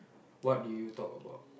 what do you talk about